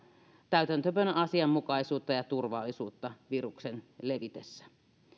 täytäntöönpanon asianmukaisuutta ja turvallisuutta viruksen levitessä